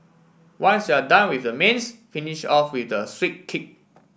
once you're done with the mains finish off with a sweet kick